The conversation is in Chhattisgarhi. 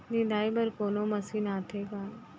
निंदाई बर कोनो मशीन आथे का?